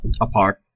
apart